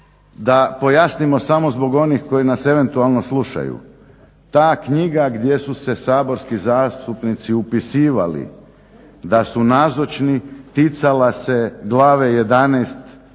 Da pojasnimo samo zbog onih koji nas eventualno slušaju. Ta knjiga gdje su se saborski zastupnici upisivali da su nazočni ticala se glave